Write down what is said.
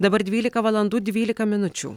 dabar dvylika valandų dvylika minučių